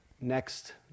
next